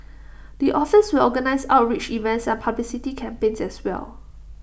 the office will organise outreach events and publicity campaigns as well